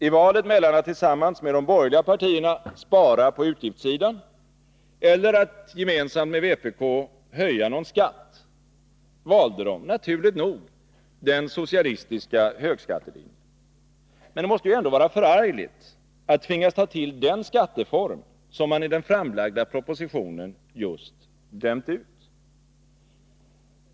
I valet mellan att tillsammans med de borgerliga partierna spara på utgiftssidan och att gemensamt med vpk höja någon skatt, valde de — naturligt nog — den socialistiska högskattelinjen. Men det måste ändå vara förargligt att tvingas ta till den skatteform som man i den framlagda propositionen just dömt ut.